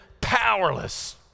powerless